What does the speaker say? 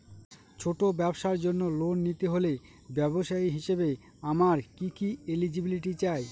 ছোট ব্যবসার জন্য লোন নিতে হলে ব্যবসায়ী হিসেবে আমার কি কি এলিজিবিলিটি চাই?